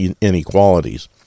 inequalities